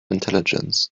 intelligence